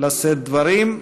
לשאת דברים.